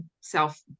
Self